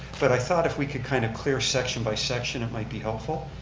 but i thought if we could kind of clear section by section, it might be helpful.